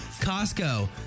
Costco